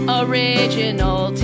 original